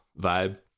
vibe